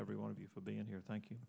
every one of you for being here thank you